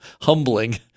humbling